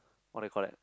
what do you call that